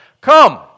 Come